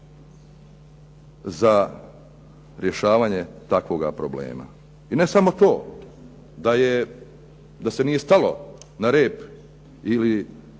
za rješavanje takvoga problema. I ne samo to, da je, da se nije stalo na rep ili